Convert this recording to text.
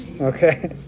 Okay